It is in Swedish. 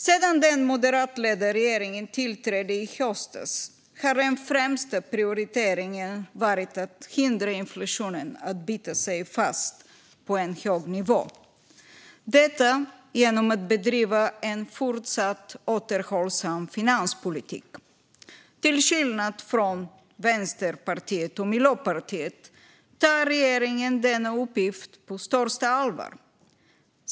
Sedan den moderatledda regeringen tillträdde i höstas har den främsta prioriteringen varit att hindra inflationen att bita sig fast på en hög nivå genom att bedriva en fortsatt återhållsam finanspolitik. Till skillnad från Vänsterpartiet och Miljöpartiet tar regeringen denna uppgift på största allvar.